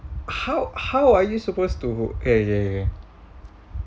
how how are you supposed to K K K K